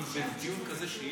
אם בדיון כזה,